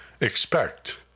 Expect